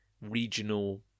regional